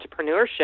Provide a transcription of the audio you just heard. entrepreneurship